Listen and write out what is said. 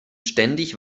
ständig